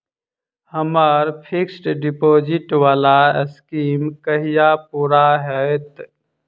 हम्मर fixed deposit वला scheme कहिया पूरा हैत?